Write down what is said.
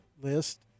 list